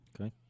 Okay